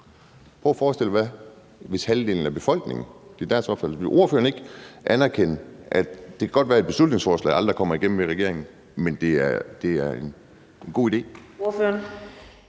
Prøv at forestille dig, hvis halvdelen af befolkningen gav deres opfattelse af det. Vil ordføreren ikke anerkende, at det godt kan være, at beslutningsforslaget aldrig kommer igennem ved regeringen, men at det er en god idé?